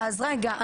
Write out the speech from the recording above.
רגע,